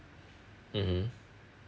mmhmm